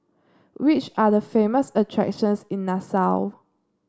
which are the famous attractions in Nassau